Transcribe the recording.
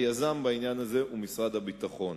היזם בעניין הזה הוא משרד הביטחון.